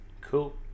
Cool